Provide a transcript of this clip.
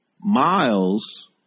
miles